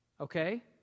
okay